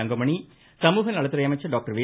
தங்கமணி சமூகநலத்துறை அமைச்சர் டாக்டர் வே